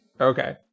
Okay